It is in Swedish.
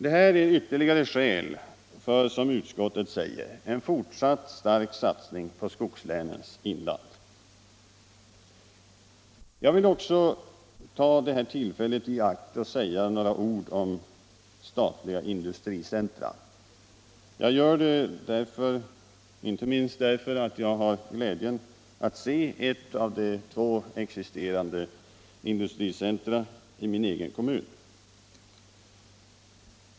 Detta är ytterligare skäl för, som utskottet säger, ”en fortsatt stark satsning på skogslänens inland”. Jag vill också ta tillfället i akt att säga några ord om statliga industricentra. Jag gör det inte minst därför att jag har glädjen att se ett av de två existerande industricentra i min egen kommun.